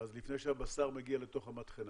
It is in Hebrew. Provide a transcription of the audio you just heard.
אז לפני שהבשר מגיע לתוך המטחנה,